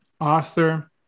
author